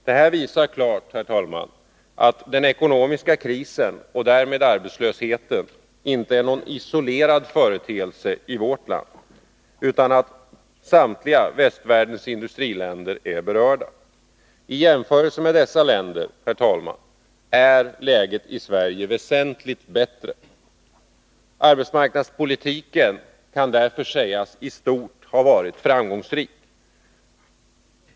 Det här visar klart, herr talman, att den ekonomiska krisen och därmed arbetslösheten i vårt land inte är någon isolerad företeelse och att samtliga västvärldens industriländer berörs. I jämförelse med dessa länder är läget i Sverige väsentligt bättre. Arbetsmarknadspolitiken kan därför i stort sägas ha varit framgångsrik.